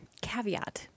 caveat